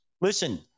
Listen